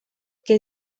que